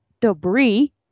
debris